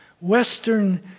Western